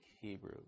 Hebrew